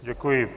Děkuji.